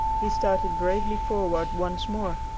he started bravely forward once more,